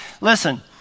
listen